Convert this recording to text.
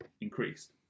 increased